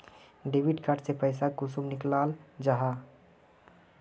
Debit card से पैसा कुंसम निकलाल जाहा?